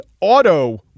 auto